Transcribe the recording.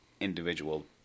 individual